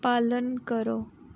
पालन करो